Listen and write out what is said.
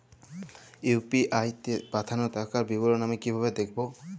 UPI তে পাঠানো টাকার বিবরণ আমি কিভাবে দেখবো?